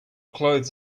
clothes